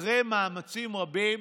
אחרי מאמצים רבים,